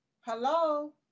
Hello